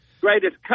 greatest